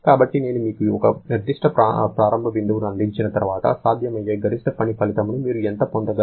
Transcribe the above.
కాబట్టి నేను మీకు ఒక నిర్దిష్ట ప్రారంభ బిందువుని అందించిన తర్వాత సాధ్యమయ్యే గరిష్ట పని ఫలితమును మీరు ఎంత పొందగలరు